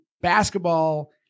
basketball